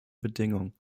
bedingung